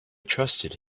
trusted